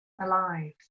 alive